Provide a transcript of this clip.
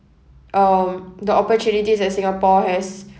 um the opportunities that singapore has